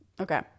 Okay